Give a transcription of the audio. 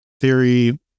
theory